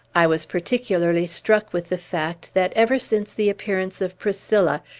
i was particularly struck with the fact that, ever since the appearance of priscilla,